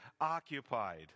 occupied